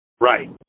Right